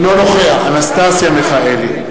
אינו נוכח אנסטסיה מיכאלי,